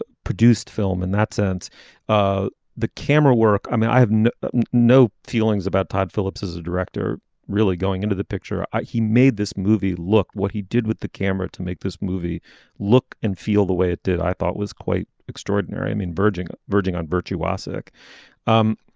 ah produced film in that sense ah the camera work. i mean i have no no feelings about todd phillips as a director really going into the picture. he made this movie look what he did with the camera to make this movie look and feel the way it did i thought was quite extraordinary. i mean verging verging on virtuosic um